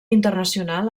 internacional